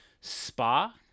Spa